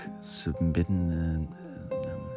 submitted